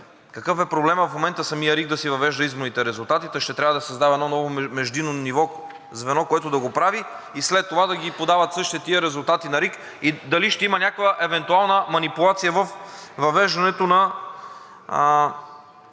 какъв е проблемът самата РИК да си въвежда изборните резултати, та ще трябва да се създава едно ново междинно звено, което да го прави, и след това да ги подават същите тези резултати на РИК, и дали ще има някаква евентуална манипулация във въвеждането на